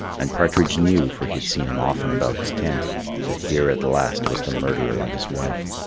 and partridge knew for he had seen him often about his tent that here at last was the murderer of his wife.